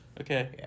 okay